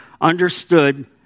understood